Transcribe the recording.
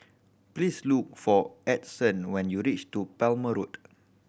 please look for Edson when you reach to Palmer Road